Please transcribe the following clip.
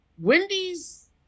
Wendy's